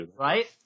right